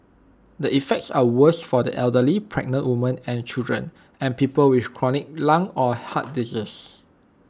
the effects are worse for the elderly pregnant women and children and people with chronic lung or heart disease